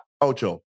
Ocho